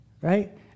Right